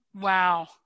Wow